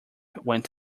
went